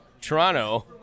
Toronto